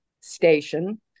station